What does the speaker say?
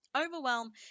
Overwhelm